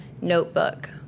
notebook